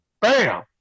Bam